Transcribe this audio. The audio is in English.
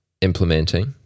implementing